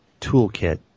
toolkit